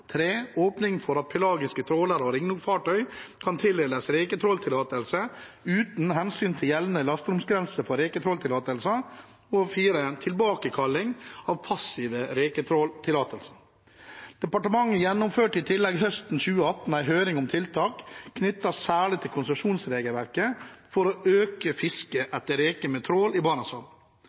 åpning for at pelagiske trålere og ringnotfartøy kan tildeles reketråltillatelse uten hensyn til gjeldende lasteromsgrense for reketråltillatelser tilbakekalling av passive reketråltillatelser Departementet gjennomførte i tillegg høsten 2018 en høring om tiltak knyttet særlig til konsesjonsregelverket for å øke fisket etter reker med trål i